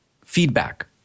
feedback